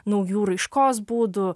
naujų raiškos būdų